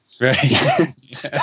right